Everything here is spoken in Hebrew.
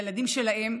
הילדים שלהם,